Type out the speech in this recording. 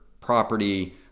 property